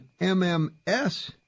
MMS